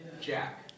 Jack